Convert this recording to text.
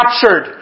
captured